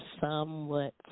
somewhat